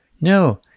No